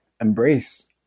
embrace